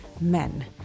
men